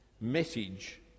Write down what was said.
message